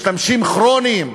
משתמשים כרוניים,